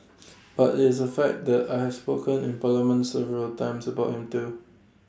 but IT is A fact that I have spoken in parliament several times about him too